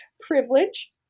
privilege